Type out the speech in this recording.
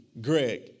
Greg